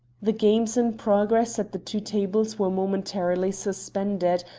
the games in progress at the two tables were momentarily suspended,